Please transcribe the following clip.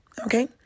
Okay